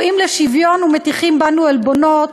קוראים לשוויון ומטיחים בנו עלבונות